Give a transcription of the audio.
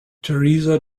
teresa